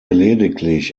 lediglich